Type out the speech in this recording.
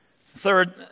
Third